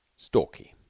Storky